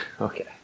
Okay